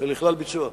לכלל ביצוע.